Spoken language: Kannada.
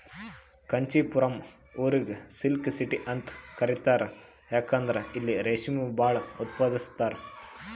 ಕಾಂಚಿಪುರಂ ಊರಿಗ್ ಸಿಲ್ಕ್ ಸಿಟಿ ಅಂತ್ ಕರಿತಾರ್ ಯಾಕಂದ್ರ್ ಇಲ್ಲಿ ರೇಶ್ಮಿ ಭಾಳ್ ಉತ್ಪಾದಸ್ತರ್